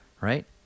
right